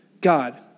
God